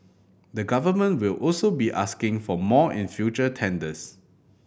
the Government will also be asking for more in future tenders